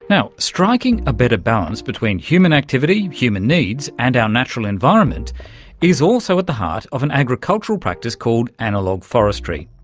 striking a better balance between human activity, human needs and our natural environment is also at the heart of an agricultural practice called analogue forestry.